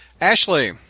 Ashley